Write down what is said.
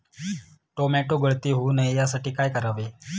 Tomato गळती होऊ नये यासाठी काय करावे?